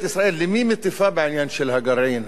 למי מטיפה ממשלת ישראל בעניין הגרעין?